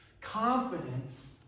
confidence